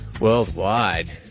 Worldwide